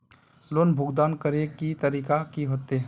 Loan भुगतान करे के तरीका की होते?